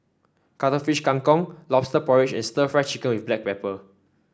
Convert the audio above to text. Cuttlefish Kang Kong lobster porridge and stir Fry Chicken with Black Pepper